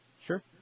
Sure